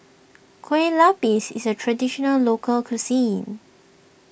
Kueh Lapis is a Traditional Local Cuisine